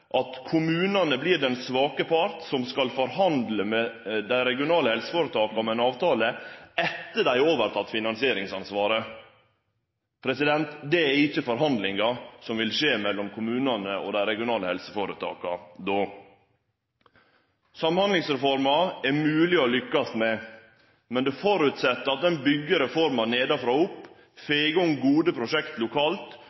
at kommunane vert den svake parten som skal forhandle med dei regionale helseføretaka om ein avtale etter at dei har teke over finansieringsansvaret. Det er ikkje forhandlingar som vil skje mellom kommunane og dei regionale helseføretaka då. Samhandlingsreforma er mogleg å lykkast med, men det føreset at ein byggjer reforma nedanfrå og opp,